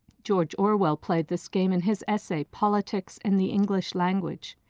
george orwell played this game in his essay politics in the english language.